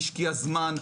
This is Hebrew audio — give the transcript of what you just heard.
השקיע זמן,